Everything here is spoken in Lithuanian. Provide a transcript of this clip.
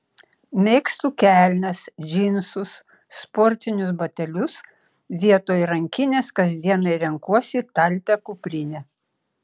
mėgstu kelnes džinsus sportinius batelius vietoj rankinės kasdienai renkuosi talpią kuprinę